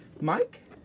Mike